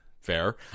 Fair